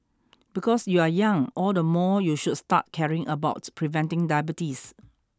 because you are young all the more you should start caring about preventing diabetes